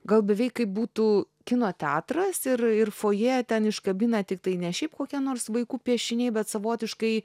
gal beveik kaip būtų kino teatras ir ir fojė ten iškabina tiktai ne šiaip kokie nors vaikų piešiniai bet savotiškai